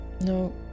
No